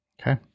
Okay